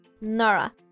Nora